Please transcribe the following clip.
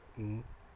mm